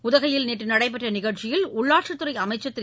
உதகையில் நேற்று நடைபெற்ற நிகழ்ச்சியில் உள்ளாட்சித் துறை அமைச்சர் திரு